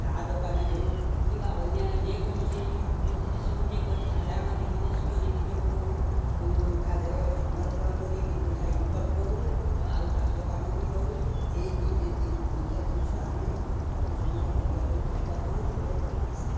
ଚାହା ଦୋକାନ ହେଉ କିମ୍ବା ଅନ୍ୟାନ୍ୟ ଯେକୌଣସି ବିଜ୍ନେସ୍ ଗୋଟିଏ କରି ସାଧାରଣ ବିଜ୍ନେସ୍ କରି ନିଜକୁ ତାଧିଅରେ ସମର୍ପଣ କରି ଦୁଇ ପଇସା ଇନ୍କମ୍ କରୁ ଆଉ ଚାଷ କାମ ବି କରୁ ଏ ଦୁଇଟା ଜିନିଷ ଆମେ ସବୁ ସମୟରେ କରିବା ପାଇଁ ଚେଷ୍ଟା କରୁ ଏବଂ କରୁଛୁ